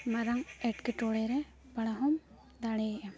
ᱢᱟᱨᱟᱝ ᱮᱴᱠᱮᱴᱚᱬᱮᱨᱮᱢ ᱯᱟᱲᱟᱣ ᱦᱚᱸᱢ ᱫᱟᱲᱮᱭᱟᱜᱼᱟ